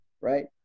right